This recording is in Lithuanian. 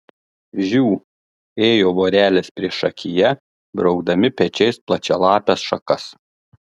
žiu ėjo vorelės priešakyje braukdami pečiais plačialapes šakas